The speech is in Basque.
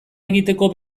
egiteko